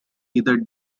either